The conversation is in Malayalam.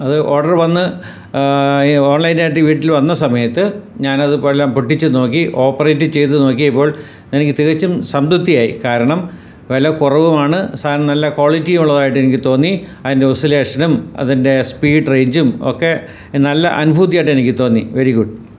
അത് ഓർഡർ വന്ന് ഈ ഓൺലൈനായിട്ടീ വീട്ടിൽ വന്ന സമയത്ത് ഞാനത് പോലെ പെട്ടിച്ച് നോക്കി ഓപ്പറേറ്റ് ചെയ്ത് നോക്കിയപ്പോൾ എനിക്ക് തികച്ചും സംതൃപ്തിയായി കാരണം വില കുറവുവാണ് സാധനം നല്ല ക്വാളിറ്റിയുള്ളതായിട്ടെനിക്ക് തോന്നി അതിൻ്റെ ഓസിലേഷനും അതിൻ്റെ സ്പീഡ് റേഞ്ചും ഒക്കെ എനിക്ക് നല്ല അനുഭൂതിയായിട്ടെനിക്ക് തോന്നി വെരി ഗുഡ്